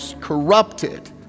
corrupted